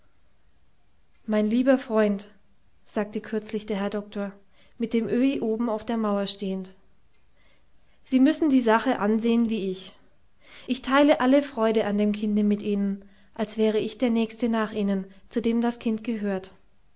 mein lieber freund sagte kürzlich der herr doktor mit dem öhi oben auf der mauer stehend sie müssen die sache ansehen wie ich ich teile alle freude an dem kinde mit ihnen als wäre ich der nächste nach ihnen zu dem das kind gehört